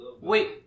Wait